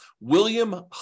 William